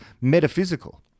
metaphysical